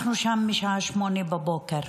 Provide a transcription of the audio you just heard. אנחנו שם משעה 08:00 בבוקר.